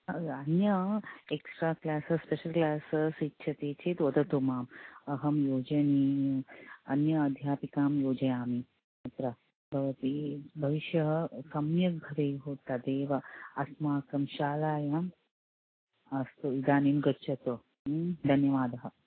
अन्य extra classes special classes इच्छति चेत् वदतु माम् अहं योजयामि अन्य योजनी अध्यापिकां योजयामि तत्र तव अपि भविष्यः सम्यक् भवेयुः तदेव अस्माकं शालायाम् अस्तु इदानीं गच्छतु धन्यवादः